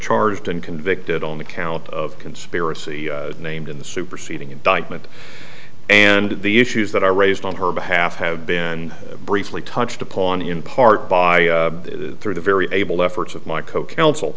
charged and convicted on the count of conspiracy named in the superseding indictment and the issues that are raised on her behalf have been briefly touched upon in part by through the very able efforts of my co counsel